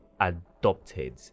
adopted